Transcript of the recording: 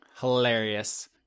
hilarious